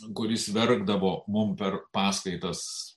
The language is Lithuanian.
kuris verkdavo mums per paskaitas